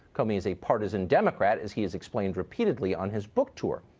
comey is a partisan democrat as he has explained repeatedly on his book tour.